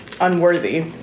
unworthy